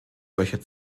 solcher